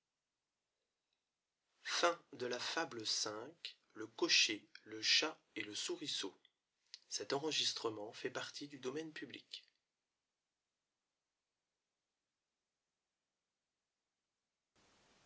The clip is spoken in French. le milan le chasseur et le roi